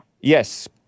Yes